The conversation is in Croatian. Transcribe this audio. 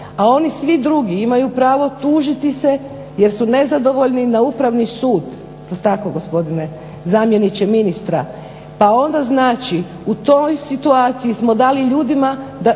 a oni svi drugi imaju pravo tužiti se jer su nezadovoljni na Upravni sud. Jel' tako gospodine zamjeniče ministra? Pa onda znači u toj situaciji smo dali ljudima